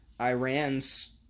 Iran's